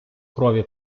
крові